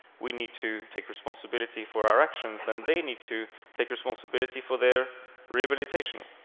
we need to take responsibility for our actions, and they need to take responsibility for their rehabilitation.